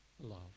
love